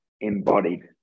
embodied